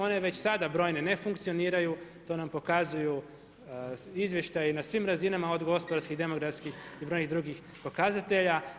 One već sada brojne ne funkcioniraju, to nam pokazuju izvještaj na svim razinama, od gospodarskih, demografskih i brojni drugih pokazatelja.